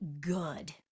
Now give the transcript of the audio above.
good